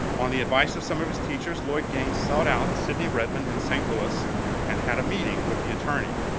on the advice of some of his teachers, lloyd gaines sought out sidney redmond in st. louis and had a meeting with the attorney.